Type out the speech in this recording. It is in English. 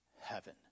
heaven